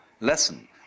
lesson